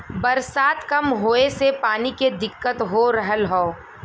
बरसात कम होए से पानी के दिक्कत हो रहल हौ